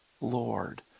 Lord